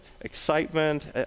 excitement